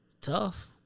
tough